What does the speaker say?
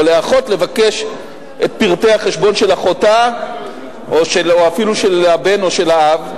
או לאחות לבקש את פרטי החשבון של אחותה או אפילו של הבן או של האב,